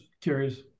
curious